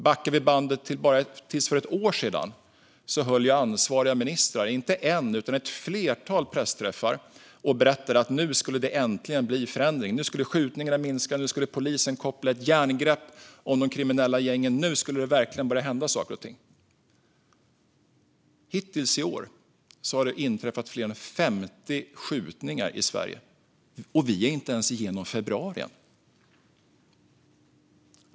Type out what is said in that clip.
Backar vi bandet till för bara ett år sedan höll ansvariga ministrar inte en utan ett flertal pressträffar och berättade att det äntligen skulle bli en förändring: Nu skulle skjutningarna minska, nu skulle polisen koppla ett järngrepp om de kriminella gängen och nu skulle det verkligen börja hända saker och ting. Hittills i år har det inträffat fler än 50 skjutningar i Sverige, och vi är inte ens igenom februari än.